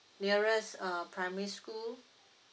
nearest uh primary school